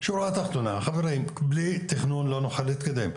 חברים, בשורה התחתונה, בלי תכנון לא נוכל להתקדם.